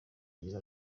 zigirwa